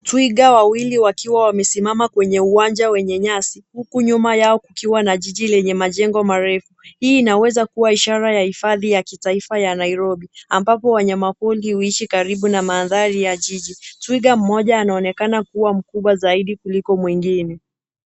Twiga wawili wakiwa wamesimama kwenye uwanja wenye nyasi, huku nyuma yao kukiwa na jiji lenye majengo marefu. Hii inaweza kuwa ishara ya hifadhi ya kitaifa ya Nairobi, ambapo wanyama pori huishi karibu na mandhari ya jiji. Twiga mmoja anaonekana kuwa mkubwa zaidi kuliko mwingine.